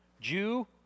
Jew